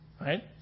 Right